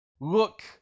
look